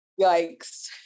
yikes